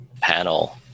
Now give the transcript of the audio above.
panel